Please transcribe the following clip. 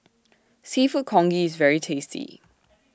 Seafood Congee IS very tasty